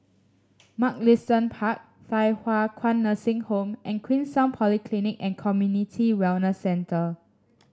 Mugliston Park Thye Hua Kwan Nursing Home and Queenstown Polyclinic and Community Wellness Centre